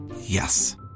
Yes